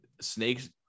snakes